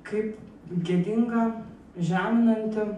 kaip gėdinga žeminanti